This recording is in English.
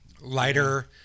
lighter